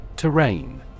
Terrain